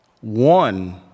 one